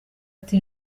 ati